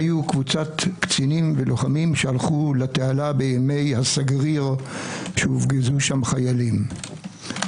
שהיו קבוצת קצינים ולוחמים שהלכו לתעלה בימי הסגריר שהופגזו שם חיילים.